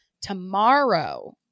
tomorrow